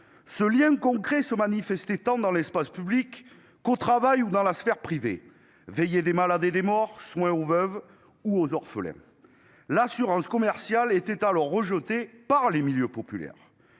Ce lien concret se manifestait tant dans l'espace public qu'au travail ou dans la sphère privée : veillée des malades et des morts, soins aux veuves ou aux orphelins. L'assurance commerciale était alors rejetée par les milieux populaires.